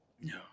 No